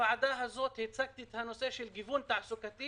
בוועדה הזאת הצגתי את נושא הגיוון התעסוקתי